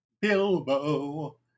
Bilbo